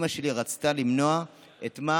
אימא שלי רצתה למנוע את מה